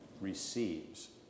receives